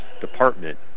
department